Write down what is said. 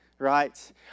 Right